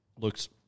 Looks